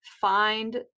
find